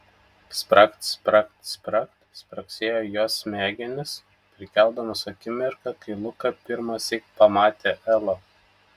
spragt spragt spragt spragsėjo jos smegenys prikeldamos akimirką kai luka pirmąsyk pamatė elą